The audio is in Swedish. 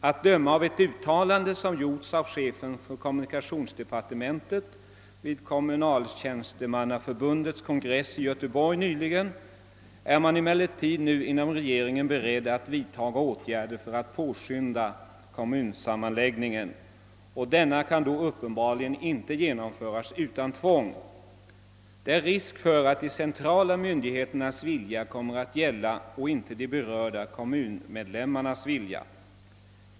Att döma av ett uttalande som gjorts av chefen för kommunikationsdepartementet vid Kommunaltjänstemannaförbundets kongress i Göteborg nyligen är man emellertid nu inom regeringen beredd att vidtaga åtgärder för att påskynda kommunsammanläggningen, och denna kan då uppenbarligen inte genomföras utan tvång. Det är risk för att de centrala myndigheternas vilja kommer att gälla och inte de berörda kommunmedlemmarnas.